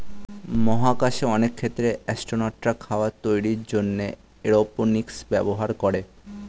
মহাকাশে অনেক ক্ষেত্রে অ্যাসট্রোনটরা খাবার তৈরির জন্যে এরওপনিক্স ব্যবহার করে